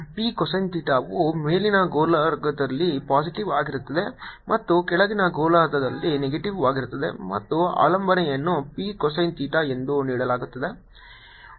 P cosine ಥೀಟಾವು ಮೇಲಿನ ಗೋಳಾರ್ಧದಲ್ಲಿ ಪಾಸಿಟಿವ್ ಆಗಿರುತ್ತದೆ ಮತ್ತು ಕೆಳಗಿನ ಗೋಳಾರ್ಧದಲ್ಲಿ ನೆಗೆಟಿವ್ವಾಗಿರುತ್ತದೆ ಮತ್ತು ಅವಲಂಬನೆಯನ್ನು P cosine ಥೀಟಾ ಎಂದು ನೀಡಲಾಗುತ್ತದೆ